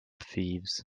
thieves